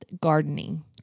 gardening